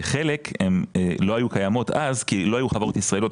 וחלק לא היו קיימות אז כי לא היו חברות ישראליות,